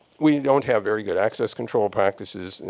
we don't have very good access control practices.